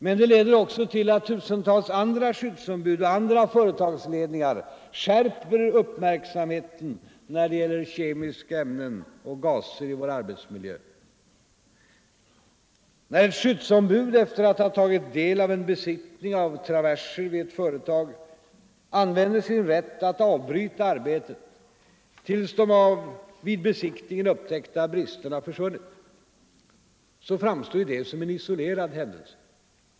Men det leder också till att tusentals andra skyddsombud och andra företagsledningar skärper uppmärksamheten när det gäller kemiska ämnen och gaser i vår arbetsmiljö. När ett skyddsombud efter att ha tagit del av en besiktning av traverser vid ett företag använder sin rätt att avbryta arbetet tills de vid besiktningen upptäckta bristerna försvunnit, framstår det som en isolerad händelse.